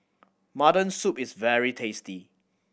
mutton soup is very tasty